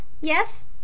yes